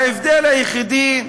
ההבדל היחידי,